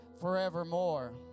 forevermore